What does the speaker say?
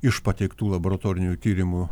iš pateiktų laboratorinių tyrimų